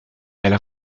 elle